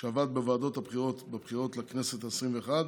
שעבד בוועדת הבחירות בבחירות לכנסת העשרים-ואחת